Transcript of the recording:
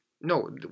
No